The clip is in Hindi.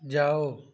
जाओ